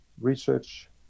research